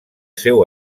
seu